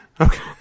Okay